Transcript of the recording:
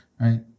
right